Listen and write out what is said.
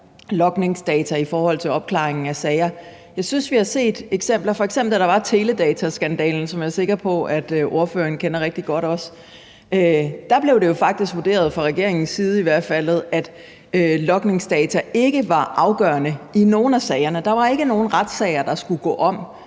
logningsdata i forhold til opklaringen af sager. Jeg synes, at vi har set eksempler på, at det ikke var det – f.eks. da der var teledataskandalen, som jeg er sikker på at ordføreren også kender rigtig godt, og hvor det faktisk fra regeringens side blev vurderet, at logningsdata ikke var afgørende i nogen af sagerne. Der var ikke nogen retssager, der skulle gå om;